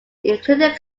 included